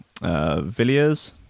Villiers